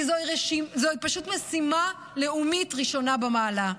כי זוהי פשוט משימה לאומית ראשונה במעלה.